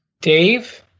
Dave